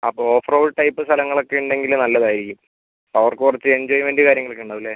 അപ്പോൾ offroad type സ്ഥലങ്ങളൊക്കെ ഉണ്ടെങ്കിൽ നല്ലതായിരിക്കും അവർക്ക് കുറച്ച് എൻജോയ്മെന്റ് കാര്യങ്ങളൊക്കെ ഉണ്ടാവില്ലേ